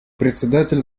председатель